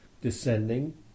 descending